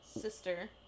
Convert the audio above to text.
sister